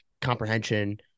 comprehension